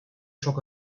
çok